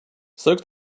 soak